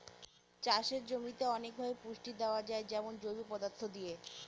চাষের জমিতে অনেকভাবে পুষ্টি দেয়া যায় যেমন জৈব পদার্থ দিয়ে